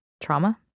trauma